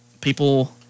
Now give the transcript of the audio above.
people